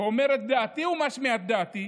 ואני אומר את דעתי ומשמיע את דעתי,